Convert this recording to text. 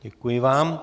Děkuji vám.